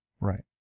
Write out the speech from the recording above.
Right